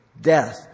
Death